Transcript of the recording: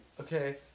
Okay